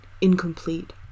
incomplete